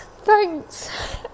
Thanks